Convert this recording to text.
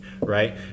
right